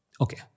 Okay